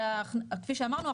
כי כפי שאמרנו,